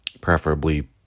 preferably